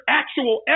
actual